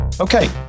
Okay